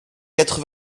quatre